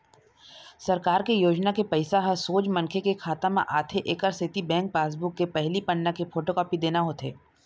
सरकार के योजना के पइसा ह सोझ मनखे के खाता म आथे एकर सेती बेंक पासबूक के पहिली पन्ना के फोटोकापी देना होथे